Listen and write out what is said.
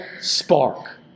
spark